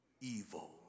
evil